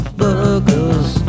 burgers